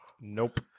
Nope